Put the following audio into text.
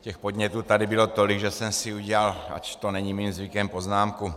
Těch podnětů tady bylo tolik, že jsem si udělal, ač to není mým zvykem, poznámku.